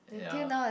yeah